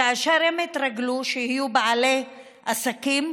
כאשר הם התרגלו שהם בעלי עסקים,